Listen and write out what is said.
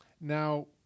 Now